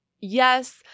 yes